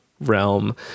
realm